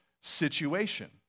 situation